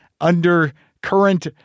undercurrent